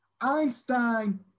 Einstein